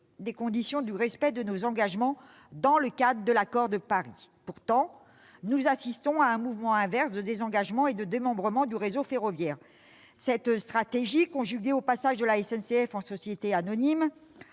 des conditions du respect des engagements que nous avons pris dans le cadre de l'accord de Paris. Pourtant, nous assistons à un mouvement inverse de désengagement et de démembrement du réseau ferroviaire. Cette stratégie, conjuguée à la transformation de la SNCF en société anonyme,